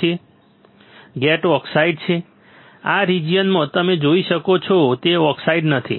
છે gate oxide છે આ રીજીયનમાં તમે જોઈ શકો છો તે ઓક્સાઈડ નથી